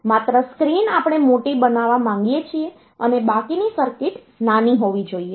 માત્ર સ્ક્રીન આપણે મોટી બનવા માંગીએ છીએ અને બાકીની સર્કિટ નાની હોવી જોઈએ